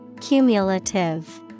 Cumulative